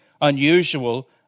unusual